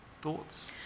thoughts